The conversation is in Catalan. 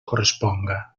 corresponga